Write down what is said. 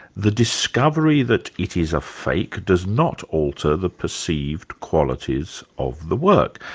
the discovery that it is a fake does not alter the perceived qualities of the work,